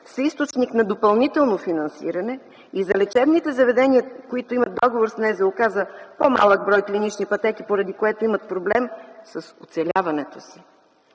са източник на допълнително финансиране и за лечебните заведения, които имат договор с Националната здравноосигурителна каса за по-малък брой клинични пътеки, поради което имат проблем с оцеляването си.